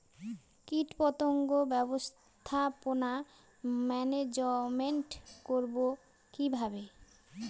কীটপতঙ্গ ব্যবস্থাপনা ম্যানেজমেন্ট করব কিভাবে?